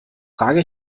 trage